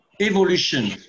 evolution